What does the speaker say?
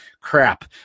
crap